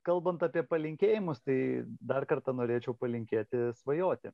kalbant apie palinkėjimus tai dar kartą norėčiau palinkėti svajoti